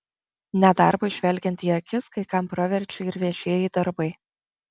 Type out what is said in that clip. nedarbui žvelgiant į akis kai kam praverčia ir viešieji darbai